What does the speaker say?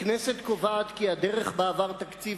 הכנסת קובעת כי הדרך שבה עבר תקציב